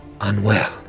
unwell